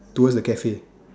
towards the cafe